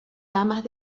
damas